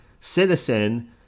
citizen